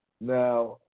Now